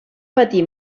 patir